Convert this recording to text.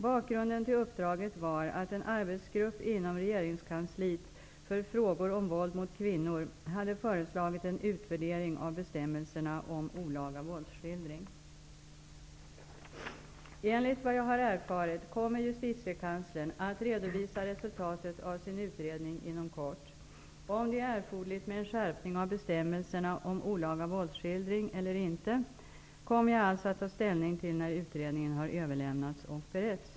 Bakgrunden till uppdraget var att en arbetsgrupp inom regeringskansliet för frågor om våld mot kvinnor hade föreslagit en utvärdering av bestämmelserna om olaga våldsskildring. Enligt vad jag har erfarit kommer Justitiekanslern att redovisa resultatet av sin utredning inom kort. Om det är erforderligt med en skärpning av bestämmelserna om olaga våldsskildring eller inte kommer jag alltså att ta ställning till när utredningen har överlämnats och beretts.